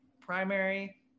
primary